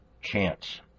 chance